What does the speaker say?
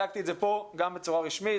הצגתי את זה פה גם בצורה רשמית.